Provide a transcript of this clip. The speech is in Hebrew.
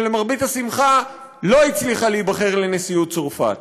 שלמרבית השמחה לא הצליחה להיבחר לנשיאות צרפת.